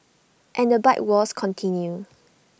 and the bike wars continue